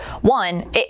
one